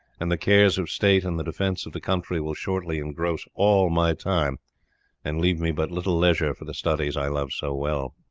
and the cares of state, and the defence of the country, will shortly engross all my time and leave me but little leisure for the studies i love so well.